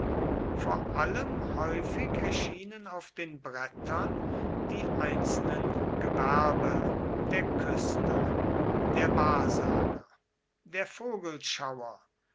vor allem häufig erschienen auf den brettern die einzelnen gewerbe der küster der wahrsager der